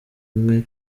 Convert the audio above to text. umwe